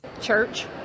Church